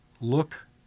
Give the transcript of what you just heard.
look